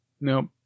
nope